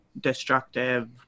destructive